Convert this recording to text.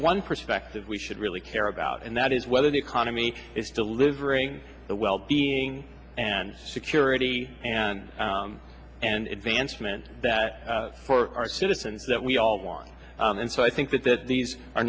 one perspective we should really care about and that is whether the economy is delivering the wellbeing and security and and advancement that for our citizens that we all want and so i think that that these are